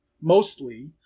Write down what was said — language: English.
mostly